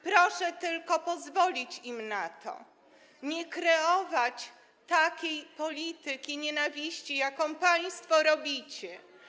Proszę tylko pozwolić im na to, nie kreować takiej polityki nienawiści, jaką państwo robicie.